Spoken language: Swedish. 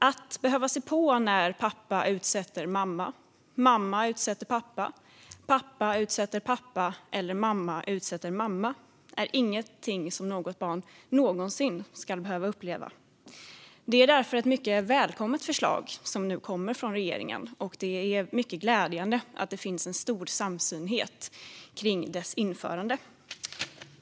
Att se på när pappa utsätter mamma, mamma utsätter pappa, pappa utsätter pappa eller mamma utsätter mamma är ingenting som något barn någonsin ska behöva uppleva. Det är därför ett mycket välkommet förslag som nu kommer från regeringen, och det är mycket glädjande att det finns en stor samstämmighet kring dess införande.